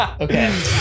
Okay